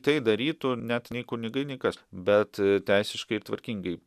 tai darytų net kunigai nei kas bet teisiškai ir tvarkingai